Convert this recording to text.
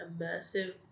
immersive